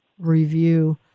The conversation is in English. review